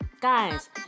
guys